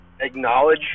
acknowledge